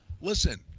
listen